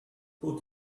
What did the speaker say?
put